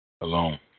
alone